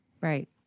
Right